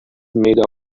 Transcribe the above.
made